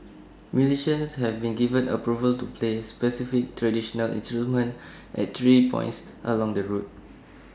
musicians have been given approval to play specified traditional instruments at three points along the route